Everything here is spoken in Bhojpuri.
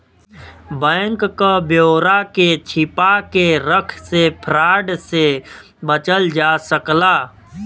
बैंक क ब्यौरा के छिपा के रख से फ्रॉड से बचल जा सकला